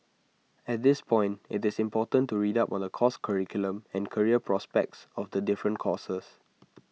at this point IT is important to read up on the course curriculum and career prospects of the different courses